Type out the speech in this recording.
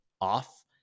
off